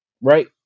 right